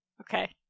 Okay